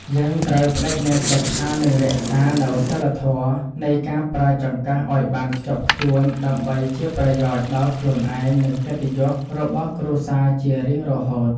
យើងត្រូវប្តេជ្ញាចិត្តថានឹងរក្សានូវសីលធម៌នៃការប្រើចង្កឹះឱ្យបានខ្ជាប់ខ្ជួនដើម្បីជាប្រយោជន៍ដល់ខ្លួនឯងនិងកិត្តិយសរបស់គ្រួសារជារៀងរហូត។